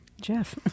Jeff